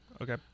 Okay